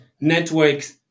networks